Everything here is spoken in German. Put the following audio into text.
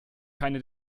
keine